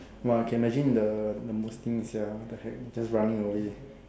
!wah! can imagine the the muslim sia the heck just running over it